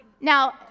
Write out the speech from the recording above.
Now